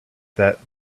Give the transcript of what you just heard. that